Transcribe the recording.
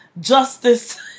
justice